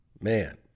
Man